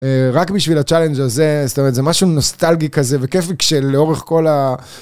רק בשביל ה-challenge הזה, זאת אומרת, זה משהו נוסטלגי כזה, וכיף לי כשלאורך כל ה...